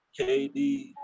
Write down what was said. KD